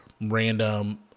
random